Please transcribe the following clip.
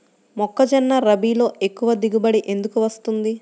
మొక్కజొన్న రబీలో ఎక్కువ దిగుబడి ఎందుకు వస్తుంది?